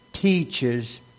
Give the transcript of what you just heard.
Teaches